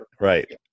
right